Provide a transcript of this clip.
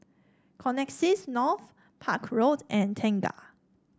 Connexis North Park Road and Tengah